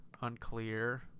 unclear